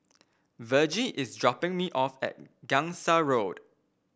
Vergie is dropping me off at Gangsa Road